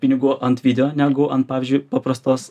pinigų ant video negu ant pavyzdžiui paprastos